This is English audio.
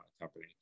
company